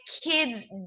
kids